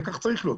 וכך צריך להיות,